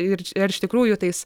ir ar iš tikrųjų tais